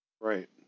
Right